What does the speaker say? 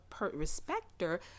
respecter